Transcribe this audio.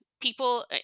People